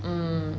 mm